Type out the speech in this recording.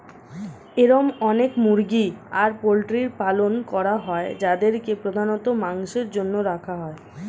এরম অনেক মুরগি আর পোল্ট্রির পালন করা হয় যাদেরকে প্রধানত মাংসের জন্য রাখা হয়